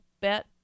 bet